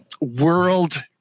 world